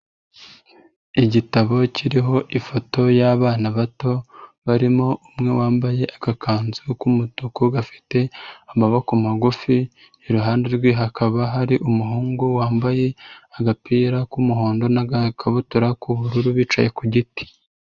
Igitabo kiriho ifoto y'abana bato barimo umwe wambaye agakanzu k'umutuku gafite amaboko magufi, iruhande rwe hakaba hari umuhungu wambaye agapira k'umuhondo n'agakabutura k'ubururu bicaye ku giti.